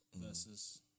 versus